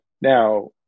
Now